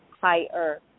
higher